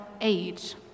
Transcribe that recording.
age